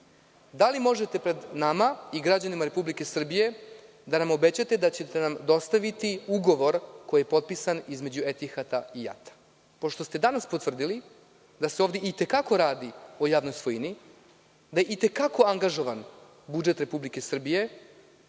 Da li možete, pred nama i građanima Republike Srbije, da nam obećate da ćete nam dostaviti ugovor koji je potpisan između „Etihada“ i JAT-a, pošto ste danas potvrdili da se ovde i te kako radi o javnoj svojini, da je i te kako angažovan budžet Republike Srbije